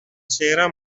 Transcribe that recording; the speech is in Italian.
cera